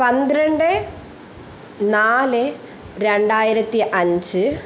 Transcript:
പന്ത്രണ്ട് നാല് രണ്ടായിരത്തി അഞ്ച്